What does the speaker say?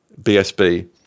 BSB